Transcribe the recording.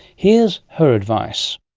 here's her advice.